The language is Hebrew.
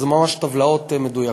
אלה ממש טבלאות מדויקות.